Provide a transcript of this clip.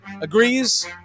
agrees